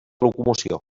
locomoció